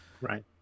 Right